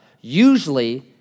Usually